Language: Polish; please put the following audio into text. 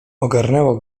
ogarnęło